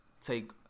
take